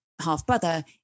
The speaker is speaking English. half-brother